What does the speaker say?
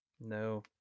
No